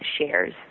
shares